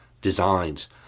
designs